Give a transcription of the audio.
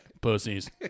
Pussies